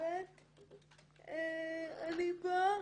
עכשיו